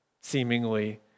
seemingly